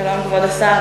שלום, כבוד השר.